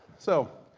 so,